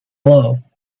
low